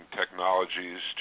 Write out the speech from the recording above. technologies